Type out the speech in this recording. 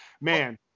man